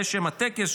זה שם הטקס,